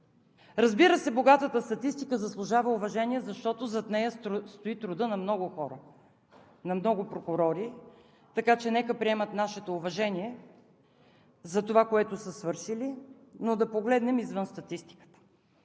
Разбира се, богатата статистика заслужава уважение, защото зад нея стои трудът на много хора, на много прокурори, така че нека приемат нашето уважение за това, което са свършили, но да погледнем извън статистиката.